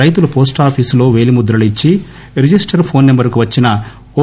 రైతులు పోస్టాఫీసులో పేలిముద్రలు ఇచ్చి రిజిస్టర్డ్ ఫోన్ సెంబర్ కు వచ్చిన ఓ